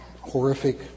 horrific